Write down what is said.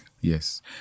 Yes